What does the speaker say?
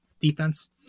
defense